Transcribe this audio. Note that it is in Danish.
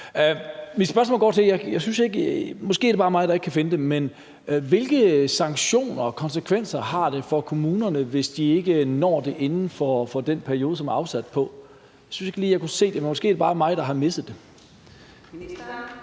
mig, der ikke kan finde det, hvilke sanktioner og konsekvenser det har for kommunerne, hvis de ikke når det inden for den periode, som er afsat til det. Jeg syntes ikke lige, jeg kunne se det. Måske er det bare mig, der har misset det.